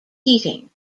heating